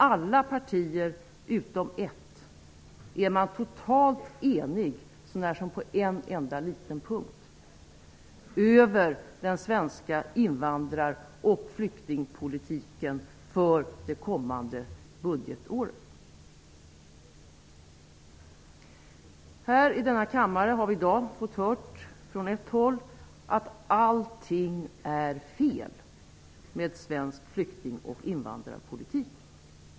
Alla partier utom ett är totalt eniga -- så när som på en enda liten punkt -- över den svenska invandrar och flyktingpolitiken för det kommande budgetåret. Vi har i dag i denna kammare fått höra från ett håll att allting är fel med svensk flykting och invandrarpolitik.